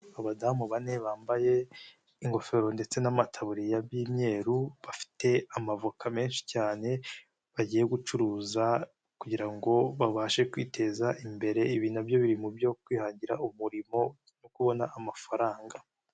Abadamu bane bambaye ingofero ndetse n'amataburiya by'imyeru, bafite amavoka menshi cyane bagiye gucuruza kugira ngo babashe kwiteza imbere ibi nabyo biri mu byo kwihangira umurimo wo kubona amafaranga.